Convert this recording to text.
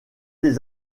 des